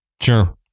Sure